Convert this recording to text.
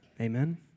Amen